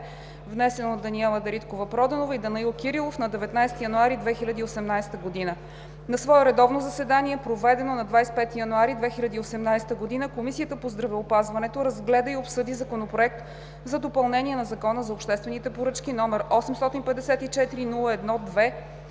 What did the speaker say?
внесен от Даниела Дариткова-Проданова и Данаил Кирилов на 19 януари 2018 г. На свое редовно заседание, проведено на 25 януари 2018 г., Комисията по здравеопазването разгледа и обсъди Законопроект за допълнение на Закона за обществените поръчки, № 854-01-2.